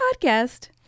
podcast